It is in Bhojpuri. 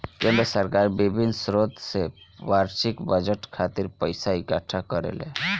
केंद्र सरकार बिभिन्न स्रोत से बार्षिक बजट खातिर पइसा इकट्ठा करेले